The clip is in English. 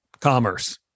commerce